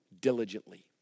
diligently